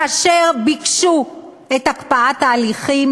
כאשר ביקשו את הקפאת ההליכים,